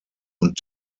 und